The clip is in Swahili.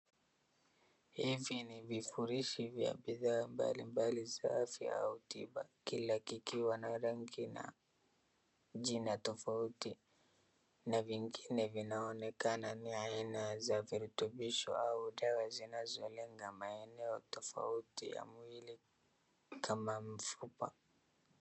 Hivi ni vifurishi vya bidhaa mbali mbali za afya au tiba kila kikiwa na rangi na jina tofauti na vingini vinaonekana ni aina ya virutubisho au dawa zinazolenga maeneo tafauti za mwili kama mfupa.